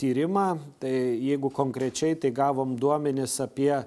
tyrimą tai jeigu konkrečiai tai gavom duomenis apie